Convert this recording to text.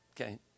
Okay